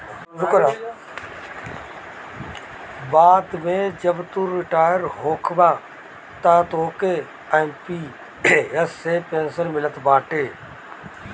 बाद में जब तू रिटायर होखबअ तअ तोहके एम.पी.एस मे से पेंशन मिलत बाटे